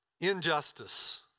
injustice